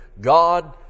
God